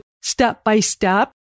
step-by-step